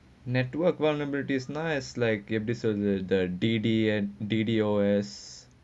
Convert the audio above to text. network vulnerabilities nice like episode the dont's and do's